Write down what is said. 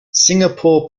singapore